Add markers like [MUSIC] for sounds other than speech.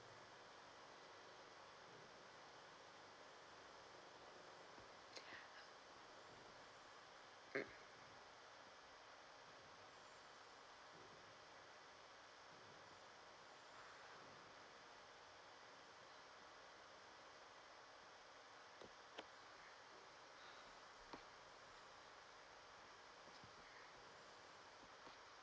[NOISE] mm